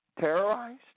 terrorized